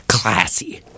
Classy